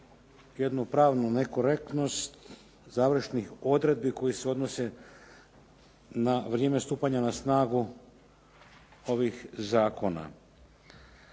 jednu pravnu nekorektnost završnih odredbi koje se odnose na vrijeme stupanja na snagu ovih zakona.